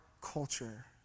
culture